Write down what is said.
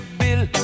bill